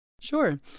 Sure